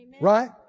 right